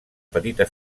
petita